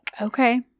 okay